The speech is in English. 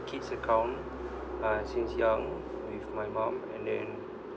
kid's account uh since young with my mom and then